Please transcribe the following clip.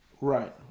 right